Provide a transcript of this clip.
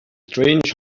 strange